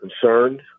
concerned